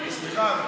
סליחה,